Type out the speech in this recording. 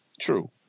true